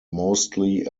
mostly